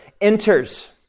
enters